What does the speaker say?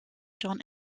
john